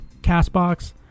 CastBox